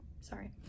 sorry